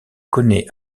connaît